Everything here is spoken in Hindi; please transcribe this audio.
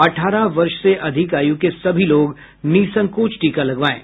अठारह वर्ष से अधिक आयु के सभी लोग निःसंकोच टीका लगवाएं